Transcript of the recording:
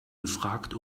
gefragt